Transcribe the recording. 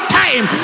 time